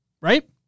right